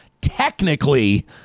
technically